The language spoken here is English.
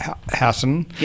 Hassan